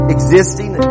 Existing